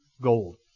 gold